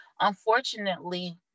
Unfortunately